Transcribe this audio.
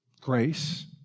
Grace